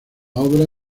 obra